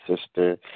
sister